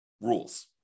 rules